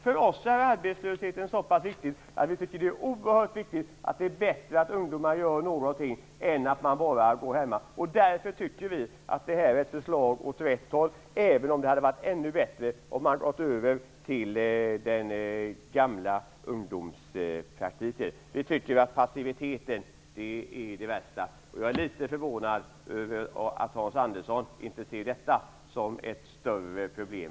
För oss är arbetslösheten så pass viktig att vi tycker att det är bättre att ungdomar gör någonting än att de bara går hemma. Därför är det här ett förslag åt rätt håll, även om det hade varit ännu bättre att gå över till den gamla ungdomspraktiken. Vi tycker att passiviteten är det värsta. Jag är litet förvånad över att Hans Andersson inte tycks se detta som ett större problem.